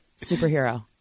Superhero